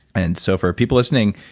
and so, for people listening,